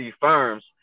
firms